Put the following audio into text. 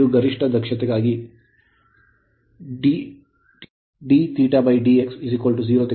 ಈಗ ಗರಿಷ್ಠ ದಕ್ಷತೆಗಾಗಿ d zetadx 0